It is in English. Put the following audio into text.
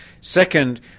Second